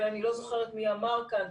ואני לא זוכרת מי אמר כאן,